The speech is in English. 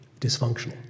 dysfunctional